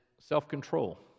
self-control